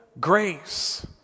grace